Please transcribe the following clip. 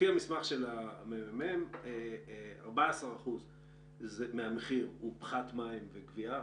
לפי המסמך של הממ"מ, 14% מהמחיר הוא גבייה חסרה